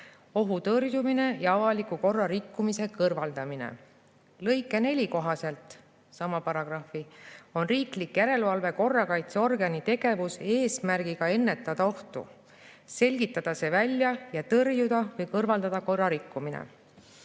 ohu tõrjumine ja avaliku korra rikkumise kõrvaldamine. Sama paragrahvi lõike 4 kohaselt on riiklik järelevalve korrakaitseorgani tegevus eesmärgiga ennetada ohtu, selgitada see välja ja tõrjuda või kõrvaldada korrarikkumine.